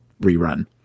rerun